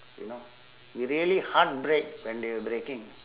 you know we really heartbreak when they're breaking